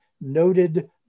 noted